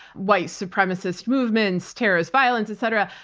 white supremacist movements, terrorist violence, etc.